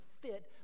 fit